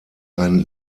ein